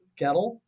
Gettle